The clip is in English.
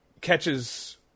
catches